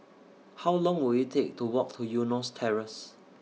How Long Will IT Take to Walk to Eunos Terrace